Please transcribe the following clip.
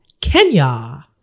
Kenya